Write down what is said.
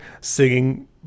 singing